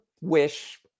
wish